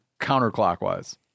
counterclockwise